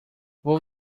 vou